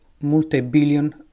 multi-billion